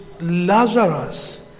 Lazarus